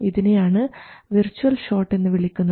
ഇതിനെയാണ് virtual short എന്ന് വിളിക്കുന്നത്